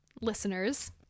listeners